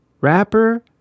rapper